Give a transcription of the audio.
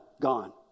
gone